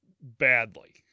badly